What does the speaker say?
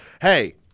Hey